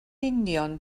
union